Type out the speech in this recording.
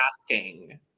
asking